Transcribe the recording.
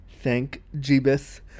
thank-jeebus